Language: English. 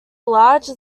large